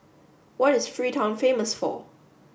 what is Freetown famous for